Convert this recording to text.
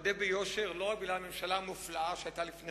אודה ביושר: לא רק בגלל הממשלה המופלאה שהיתה לפניכם,